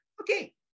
okay